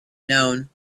known